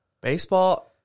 Baseball